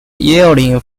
yelling